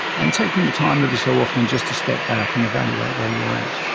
and taking the time every so often just to step back and evaluate where you are at.